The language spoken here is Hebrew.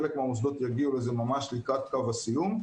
חלק מהמוסדות יגיעו לזה ממש לקראת קו הסיום,